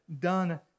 done